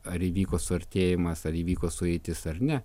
ar įvyko suartėjimas ar įvyko sueitis ar ne